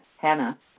Hannah